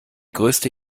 größte